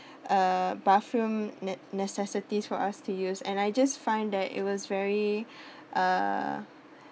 uh bathroom ne~ necessities for us to use and I just find that it was very uh